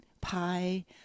pie